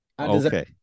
Okay